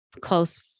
close